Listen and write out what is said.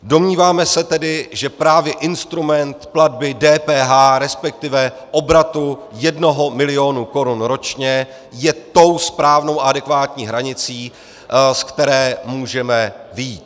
Domníváme se tedy, že právě instrument platby DPH, respektive obratu jednoho milionu korun ročně, je tou správnou, adekvátní hranicí, z které můžeme vyjít.